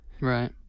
Right